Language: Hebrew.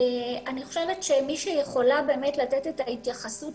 אני חושבת שמי שיכולה לתת את ההתייחסות